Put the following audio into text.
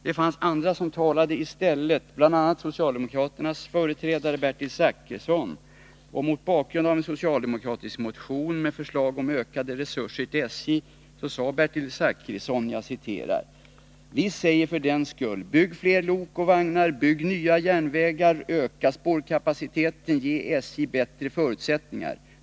Det fanns andra som talade i stället, bl.a. socialdemokraternas företrädare Bertil Zachrisson. Mot bakgrund av en socialdemokratisk motion med förslag om ökade resurser till SJ sade Bertil Zachrisson: ”Vi säger för den skull: Bygg fler lok och vagnar, bygg nya järnvägar, öka spårkapaciteten, ge SJ bättre förutsättningar!